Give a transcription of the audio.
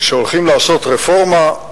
כשהולכים לעשות רפורמה,